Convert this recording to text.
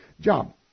job